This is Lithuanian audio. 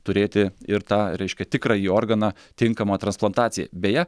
turėti ir tą reiškia tikrąjį organą tinkamą transplantacijai beje